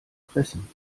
fressen